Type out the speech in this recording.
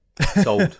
Sold